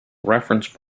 reference